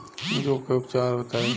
जूं के उपचार बताई?